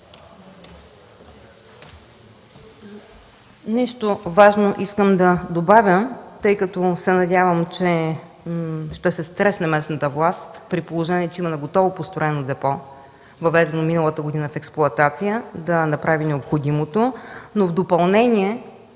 Нещо важно искам да добавя, тъй като се надявам, че местната власт ще се стресне – при положение че има наготово построено депо, въведено миналата година в експлоатация, да направи необходимото. В допълнение